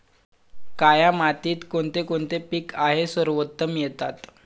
काया मातीत कोणते कोणते पीक आहे सर्वोत्तम येतात?